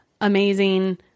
amazing